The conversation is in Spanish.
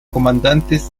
comandantes